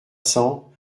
cents